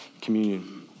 communion